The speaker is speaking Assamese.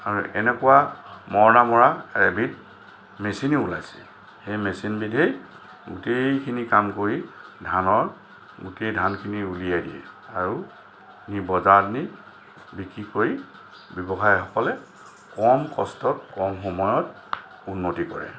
এনেকুৱা মৰণা মৰা এবিধ মেচিনেই ওলাইছে সেই মেচিনবিধেই গোটেইখিনি কাম কৰি ধানৰ সেই ধানখিনি উলিয়াই দিয়ে আৰু সেই বজাৰত নি বিক্ৰী কৰি ব্যৱসায়ীসকলে কম কষ্টত কম সময়ত উন্নতি কৰে